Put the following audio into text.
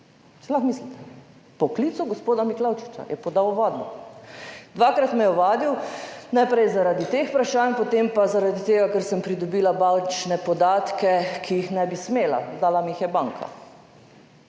Si lahko mislite, po klicu gospoda Miklavčiča je podal ovadbo? Dvakrat me je ovadil. Najprej, zaradi teh vprašanj, potem pa zaradi tega, ker sem pridobila bančne podatke, ki jih ne bi smela, dala mi jih je banka.